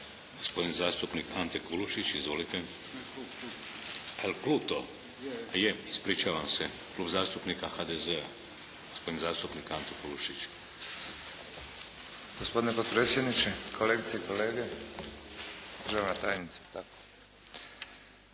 Gospodin zastupnik Ante Kulušić. Izvolite. A je li klub to? A je. Ispričavam se. Klub zastupnika HDZ-a, gospodin zastupnik Ante Kulušić. **Kulušić, Ante (HDZ)** Gospodine potpredsjedniče, kolegice i kolege, državna tajnice. Što